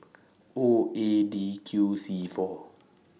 O A D Q C four